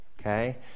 okay